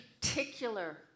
particular